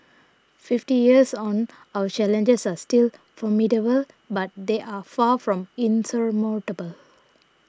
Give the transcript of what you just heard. fifty years on our challenges are still formidable but they are far from insurmountable